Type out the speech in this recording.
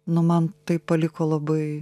nu man tai paliko labai